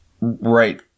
Right